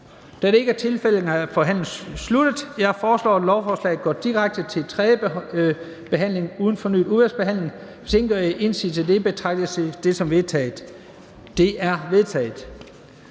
Da det ikke er tilfældet, er forhandlingen sluttet. Jeg foreslår, at lovforslaget går direkte til tredje behandling uden fornyet udvalgsbehandling. Hvis ingen gør indsigelse, betragter jeg det som vedtaget. Det er vedtaget.